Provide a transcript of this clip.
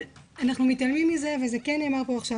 אבל אנחנו מתעלמים מזה וזה כן נאמר פה עכשיו,